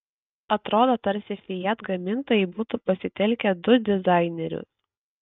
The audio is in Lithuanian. atrodo tarsi fiat gamintojai būtų pasitelkę du dizainerius